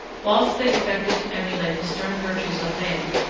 whilst they affected to emulate the stern virtues of man,